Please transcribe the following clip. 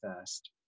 first